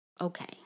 okay